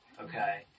okay